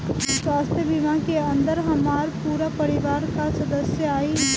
स्वास्थ्य बीमा के अंदर हमार पूरा परिवार का सदस्य आई?